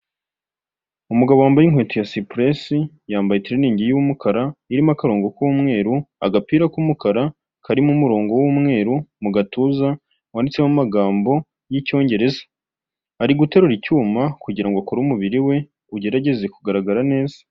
Umugabo wambaye inkweto ya sipuresi, yambaye itiriningi y'umukara irimo akarongo k'umweru, agapira k'umukara karimo umurongo w'umweru mu gatuza, wanditseho amagambo y'Icyongereza, ari guterura icyuma kugira ngo akore umubiri we ugerageze kugaragara neza.